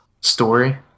story